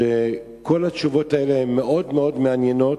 שכל התשובות האלה הן מאוד מאוד מעניינות,